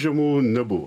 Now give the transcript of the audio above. žiemų nebuvo